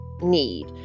need